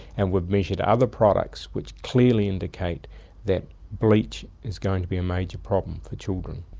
and we've measured other products which clearly indicate that bleach is going to be a major problem for children.